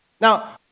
Now